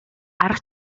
арга